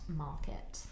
market